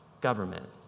government